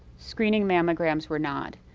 screening mammograms were not.